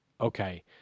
Okay